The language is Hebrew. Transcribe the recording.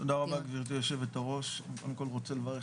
תודה רבה גברתי יושבת הראש, אני קודם כל רוצה לברך